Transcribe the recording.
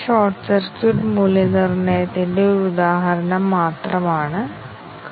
എന്നിട്ട് നമ്മൾ x y അത്തരത്തിലുള്ളതും ഇവിടെ വരാൻ കഴിയുന്നതുമായ ഇൻപുട്ട് നൽകണം കൂടാതെ x y എന്ന് ഇൻപുട്ട് നൽകുകയും വേണം